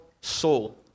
soul